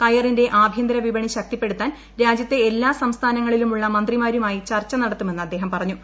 കയറിന്റെ ആഭ്യന്തര വിപണി ശക്തിപ്പെടുത്താൻ രാജ്യത്തെ എല്ലാ സംസ്ഥാനങ്ങളിലുമുള്ള മന്ത്രിമാരുമായി ചർച്ച നടത്തുമെന്ന് അദ്ദേഹം പറഞ്ഞു